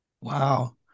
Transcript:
Wow